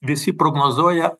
visi prognozuoja